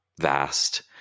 vast